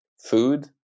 food